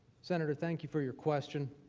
center thank you for your question,